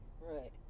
right